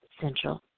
Central